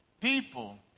People